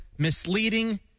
Misleading